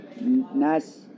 nice